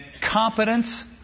competence